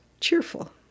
cheerful